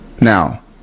Now